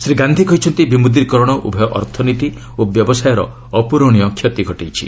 ଶ୍ରୀ ଗାନ୍ଧି କହିଛନ୍ତି ବିମୁଦ୍ରୀକରଣ ଉଭୟ ଅର୍ଥନୀତି ଓ ବ୍ୟବସାୟର ଅପ୍ରରଣୀୟ କ୍ଷତି ଘଟାଇଛି